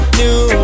new